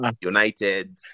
United